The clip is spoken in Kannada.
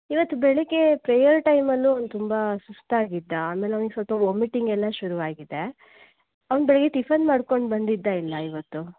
ಇವತ್ತು ಬೆಳಿಗ್ಗೆ ಪ್ರೇಯರ್ ಟೈಮಲ್ಲೂ ಅವನು ತುಂಬ ಸುಸ್ತಾಗಿದ್ದ ಆಮೇಲೆ ಅವನಿಗೆ ಸ್ವಲ್ಪ ವಾಮಿಟಿಂಗ್ ಎಲ್ಲ ಶುರು ಆಗಿದೆ ಅವನು ಬೆಳಿಗ್ಗೆ ಟಿಫನ್ ಮಾಡಿಕೊಂಡು ಬಂದಿದ್ದಾ ಇಲ್ಲ ಇವತ್ತು